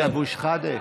חבר הכנסת אבו שחאדה.